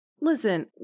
listen